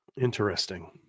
Interesting